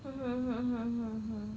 uh hmm mm mm mm